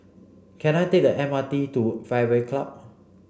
can I take the M R T to Fairway Club